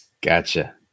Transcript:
Gotcha